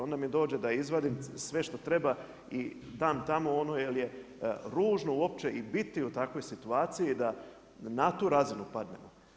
Onda mi dođe da izvadim sve što treba i dam tamo ono jer je ružno uopće biti u takvoj situaciji, da na tu razinu padnemo.